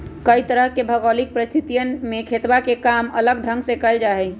कई तरह के भौगोलिक परिस्थितियन में खेतवा के काम अलग ढंग से कइल जाहई